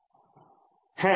ছাত্রছাত্রীঃ হ্যাঁ